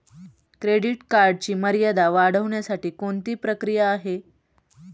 Credit कार्डची मर्यादा वाढवण्यासाठी कोणती प्रक्रिया आहे?